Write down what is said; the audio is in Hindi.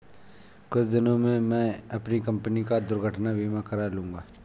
कुछ दिनों में मैं अपनी कंपनी का दुर्घटना बीमा करा लूंगा